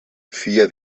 fia